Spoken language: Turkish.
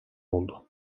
oldu